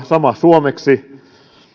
sama suomeksi